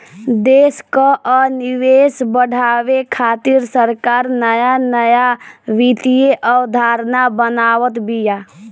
देस कअ निवेश बढ़ावे खातिर सरकार नया नया वित्तीय अवधारणा बनावत बिया